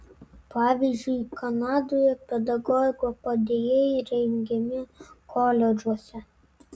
pavyzdžiui kanadoje pedagogo padėjėjai rengiami koledžuose